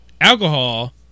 alcohol